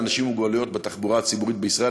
לאנשים עם מוגבלות בתחבורה הציבורית בישראל.